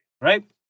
right